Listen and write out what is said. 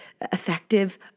effective